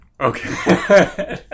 Okay